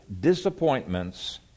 disappointments